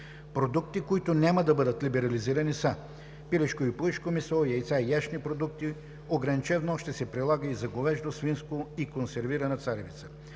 Продуктите, които няма да бъдат либерализирани са: пилешко и пуешко месо, яйца и яйчени продукти. Ограничен внос ще се прилага за говеждо, свинско и консервирана царевица.